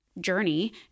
journey